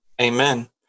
Amen